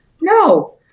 No